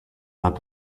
not